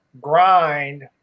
grind